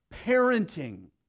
parenting